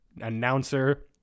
announcer